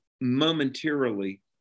momentarily